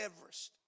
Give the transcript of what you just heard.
Everest